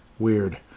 Weird